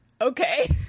Okay